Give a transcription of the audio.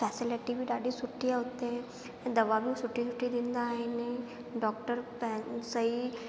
facility बि ॾाढी सुठी आहे उते दवा बि सुठी सुठी ॾींदा आहिनि डॉक्टर पैं सही